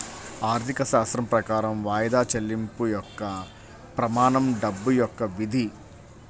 ఆర్థికశాస్త్రం ప్రకారం వాయిదా చెల్లింపు యొక్క ప్రమాణం డబ్బు యొక్క విధి